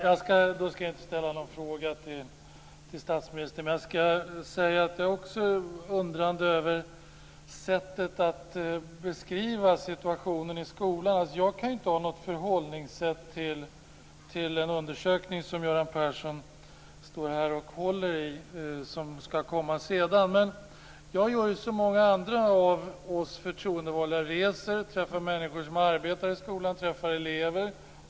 Fru talman! Jag ska inte ställa någon fråga till statsministern, men jag ska säga att jag också är undrande över sättet att beskriva situationen i skolan. Jag kan inte ha något förhållningssätt till en undersökning som Göran Persson står här och håller i, som ska komma senare. Men jag gör som många andra av oss förtroendevalda. Jag reser, träffar människor som arbetar i skolan och träffar elever.